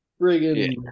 friggin